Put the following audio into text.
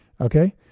okay